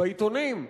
בעיתונים.